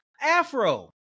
afro